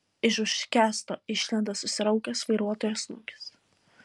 iš už kęsto išlenda susiraukęs vairuotojo snukis